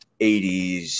80s